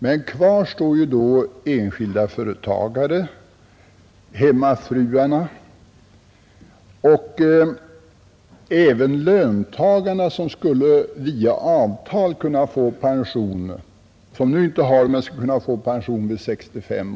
Men kvar stär ju då enskilda företagare, hemmafruarna och även de löntagare som nu inte har pension vid 65 års ålder men skulle kunna få det via avtal.